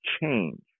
change